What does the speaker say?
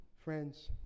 Friends